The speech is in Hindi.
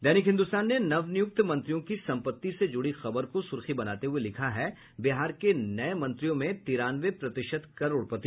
दैनिक हिन्दुस्तान ने नवनियुक्त मंत्रियों की संपत्ति से जुड़ी खबर को सुर्खी बनाते हुए लिखा है बिहार के नये मंत्रियों में तिरानवे प्रतिशत करोड़पति